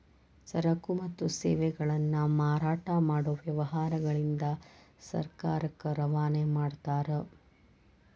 ಸರಕು ಮತ್ತು ಸೇವೆಗಳನ್ನ ಮಾರಾಟ ಮಾಡೊ ವ್ಯವಹಾರಗಳಿಂದ ಸರ್ಕಾರಕ್ಕ ರವಾನೆ ಮಾಡ್ತಾರ